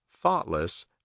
Thoughtless